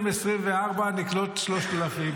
תקשיב, הצבא צריך להתכונן לקלוט את המגויסים.